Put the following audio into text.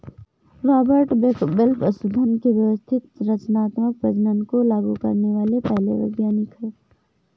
Robert Bakewell पशुधन के व्यवस्थित चयनात्मक प्रजनन को लागू करने वाले पहले वैज्ञानिक है